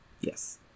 Yes